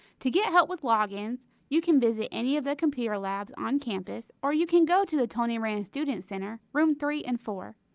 to get help with logins, you can visit any of the computer labs on campus or you can go to the tony rand student center room three and four.